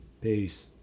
Peace